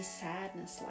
sadness